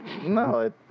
No